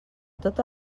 tota